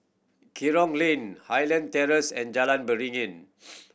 Kerong Lane Highland Terrace and Jalan Beringin